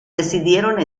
decidieron